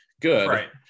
good